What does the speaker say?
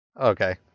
Okay